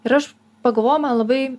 ir aš pagalvojau man labai